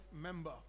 member